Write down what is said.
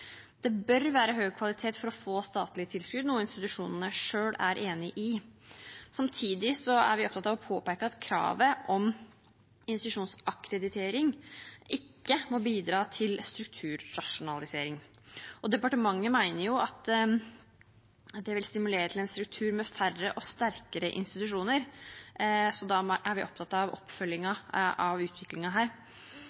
Det bør være høy kvalitet for å få statlig tilskudd, noe institusjonene selv er enig i. Samtidig er vi opptatt av å påpeke at kravet om institusjonsakkreditering ikke må bidra til strukturrasjonalisering. Departementet mener at det vil stimulere til en struktur med færre og sterkere institusjoner, så da er vi opptatt av